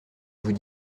vous